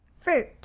Fruit